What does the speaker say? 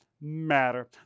matter